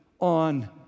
on